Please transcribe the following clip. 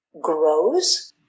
grows